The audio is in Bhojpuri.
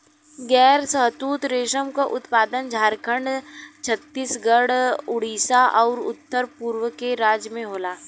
गैर शहतूत रेशम क उत्पादन झारखंड, छतीसगढ़, उड़ीसा आउर उत्तर पूरब के राज्य में होला